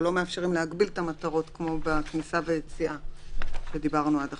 או לא מאפשרים להגביל את המטרות כמו בכניסה והיציאה שדיברנו עד עכשיו.